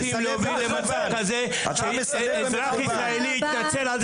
יש כאן אולי התנהגויות